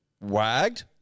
Wagged